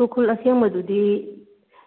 ꯈꯨꯔꯈꯨꯜ ꯑꯁꯦꯡꯕꯗꯨꯗꯤ